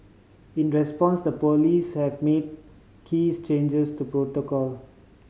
in response the police have made keys changes to protocol